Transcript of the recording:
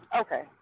Okay